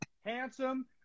handsome